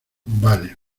vale